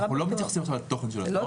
אנחנו לא מתייחסים עכשיו לתוכן של התואר,